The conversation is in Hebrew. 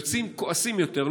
הם יוצאים כועסים יותר,